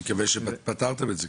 אני מקווה שפתרתם את זה.